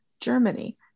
Germany